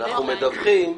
אנחנו מדווחים.